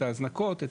את ההזנקות,